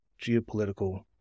geopolitical